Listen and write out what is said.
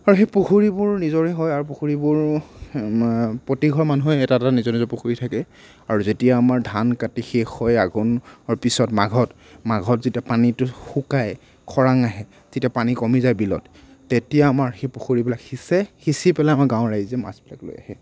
সেই পুখুৰীবোৰ নিজৰে হয় আৰু পুখুৰীবোৰ প্ৰতিঘৰ মানুহৰে এটা এটা নিজৰ নিজৰ পুখুৰী থাকে আৰু যেতিয়া আমাৰ ধান কাটি শেষ হয় আঘোনৰ পিছত মাঘত মাঘত যেতিয়া পানীটো শুকায় খৰাং আহে তেতিয়া পানী কমি যায় বিলত তেতিয়া আমাৰ সেই পুখুৰীবিলাক সিঁচে সিঁচি পেলাই আমাৰ গাঁৱৰ ৰাইজে মাছবিলাক লৈ আহে